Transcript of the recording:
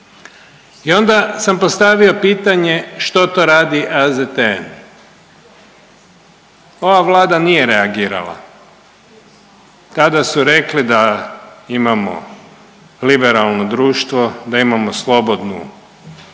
I onda sam postavio pitanje što to radi AZTN, ova Vlada nije reagirala. Tada su rekli da imamo liberalno društvo, da imamo slobodnu ovo